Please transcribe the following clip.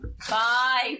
five